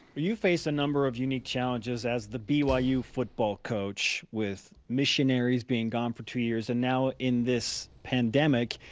you face a number of unique challenges as the byu football coach with missionaries being gone for two years and now in this pandemic,